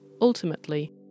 ultimately